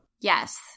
Yes